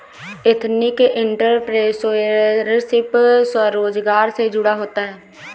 ethnic entrepreneurship स्वरोजगार से जुड़ा होता है